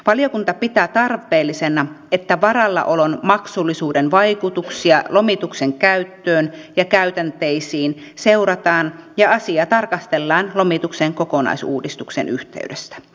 valiokunta pitää tarpeellisena että varallaolon maksullisuuden vaikutuksia lomituksen käyttöön ja käytänteisiin seurataan ja asiaa tarkastellaan lomituksen kokonaisuudistuksen yhteydessä